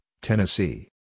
Tennessee